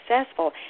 successful